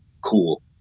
cool